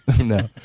no